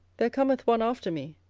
there cometh one after me,